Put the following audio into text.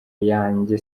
yanjye